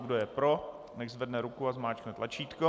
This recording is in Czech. Kdo je pro, nechť zvedne ruku a zmáčkne tlačítko.